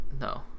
No